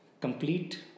complete